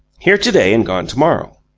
here today and gone tomorrow.